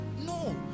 No